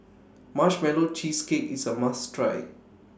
Marshmallow Cheesecake IS A must Try